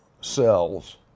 cells